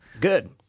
Good